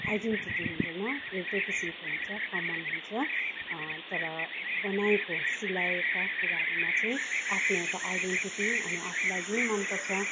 identity हुँदैन एउटै किसिमको हुन्छ कमन हुन्छ तर बनाएको सिलाएका कुराहरूमा चाहिँ आफ्नो एउटा आइडिन्टिटी अनि आफूलाई जुन मन पर्छ